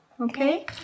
okay